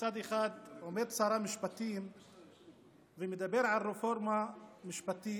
שמצד אחד עומד שר המשפטים ומדבר על רפורמה משפטית,